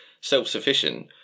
self-sufficient